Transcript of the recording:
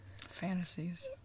fantasies